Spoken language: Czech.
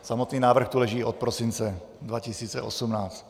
Samotný návrh tu leží od prosince 2018.